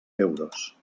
euros